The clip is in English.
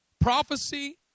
Prophecy